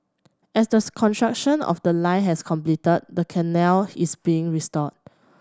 as the construction of the line has completed the canal is being restored